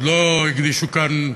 עוד לא הקדישו כאן,